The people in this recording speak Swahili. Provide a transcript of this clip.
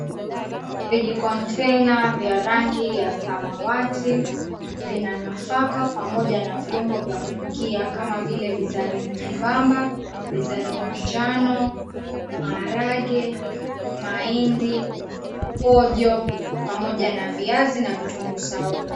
Vijikontena vya rangi ya samawati vina nafaka pamoja na viungo vya kupikia kama vile bizari nyembamba, bizari manjano, maharagwe, mahindi, pojo, pamoja na viazi na vitunguu saumu.